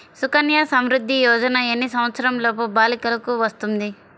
సుకన్య సంవృధ్ది యోజన ఎన్ని సంవత్సరంలోపు బాలికలకు వస్తుంది?